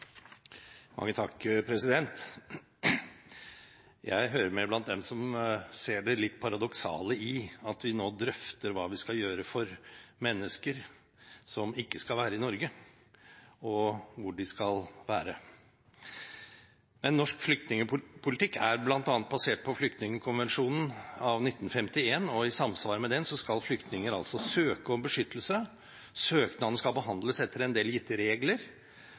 Jeg hører med blant dem som ser det litt paradoksale i at vi nå drøfter hva vi skal gjøre for mennesker som ikke skal være i Norge, og hvor de skal være. Men norsk flyktningpolitikk er bl.a. basert på flyktningkonvensjonen av 1951, og i samsvar med den skal flyktninger søke om beskyttelse, søknaden skal behandles etter en del gitte regler,